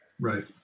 Right